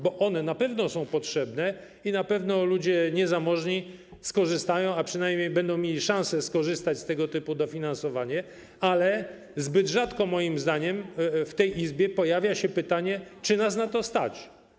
Bo one na pewno są potrzebne i na pewno ludzie niezamożni skorzystają, a przynajmniej będą mieli szansę skorzystać z tego typu dofinansowania, ale zbyt rzadko moim zdaniem w tej Izbie pojawia się pytanie, czy nas na to stać.